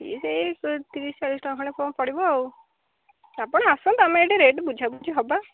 ଏ ସେଇ ତିରିଶ ଚାଳିଶ ଟଙ୍କା ଖଣ୍ଡେ କ'ଣ ପଡ଼ିବ ଆଉ ଆପଣ ଆସନ୍ତୁ ଆମେ ଏଠି ରେଟ୍ ବୁଝାବୁଝି ହବା